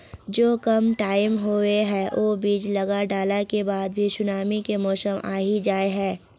जो कम टाइम होये है वो बीज लगा डाला के बाद भी सुनामी के मौसम आ ही जाय है?